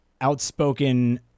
outspoken